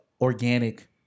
Organic